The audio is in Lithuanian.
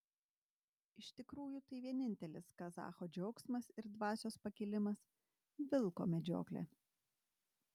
iš tikrųjų tai vienintelis kazacho džiaugsmas ir dvasios pakilimas vilko medžioklė